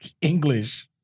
English